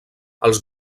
els